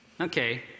Okay